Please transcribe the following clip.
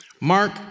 Mark